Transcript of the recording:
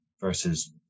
versus